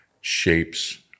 shapes